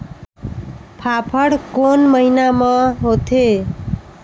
फाफण कोन महीना म होथे?